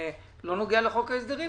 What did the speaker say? לא נוגעת לחוק ההסדרים.